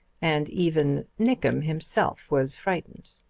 and even nickem himself was frightened.